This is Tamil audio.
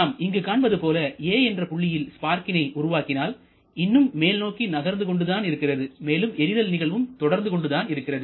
நாம் இங்கு காண்பது போல a என்ற புள்ளியில் ஸ்பார்க்கினை உருவாக்கினால் இன்னும் மேல் நோக்கி நகர்ந்து கொண்டுதான் இருக்கிறது மேலும் எரிதல் நிகழ்வும் தொடர்ந்து கொண்டுதான் இருக்கிறது